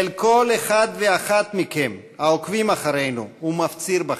אל כל אחד ואחת מכם, העוקבים אחרינו, ומפציר בכם: